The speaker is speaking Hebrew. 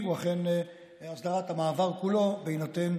הוא אמר שהוא יענה לי והוא לא ענה.